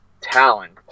talent